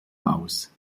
aus